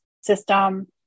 system